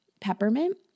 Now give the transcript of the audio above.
Peppermint